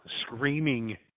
screaming